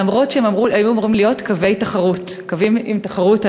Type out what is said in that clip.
אף-על-פי שהם היו אמורים להיות קווים עם תחרות בהם.